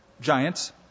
giants